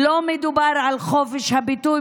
לא מדובר על חופש ביטוי,